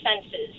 senses